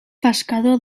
pescador